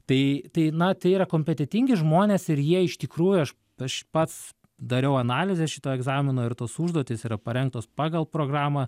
tai tai na tai yra kompetentingi žmonės ir jie iš tikrųjų aš aš pats dariau analizę šito egzamino ir tos užduotys yra parengtos pagal programą